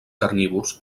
carnívors